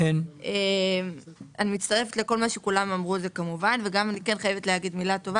ואני חייבת לומר מילה טובה.